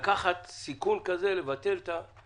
אני לא יודע איך הוא לקח סיכון לבטל את המכסה